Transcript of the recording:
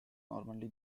normally